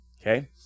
Okay